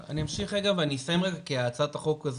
אני אמשיך ואני אסיים רגע כי הצעת החוק הזאת